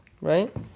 Right